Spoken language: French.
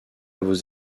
vos